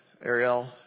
Ariel